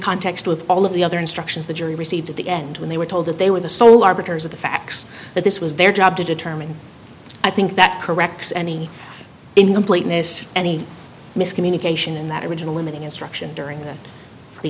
context with all of the other instructions the jury received at the end when they were told that they were the sole arbiters of the facts that this was their job to determine i think that corrects any in completing this any miscommunication in that original limiting instruction during th